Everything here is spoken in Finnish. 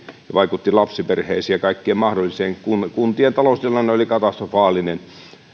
ja vaikutti lapsiperheisiin ja kaikkeen mahdolliseen kuntien kuntien taloustilanne oli katastrofaalinen